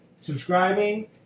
subscribing